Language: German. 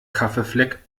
kaffeefleck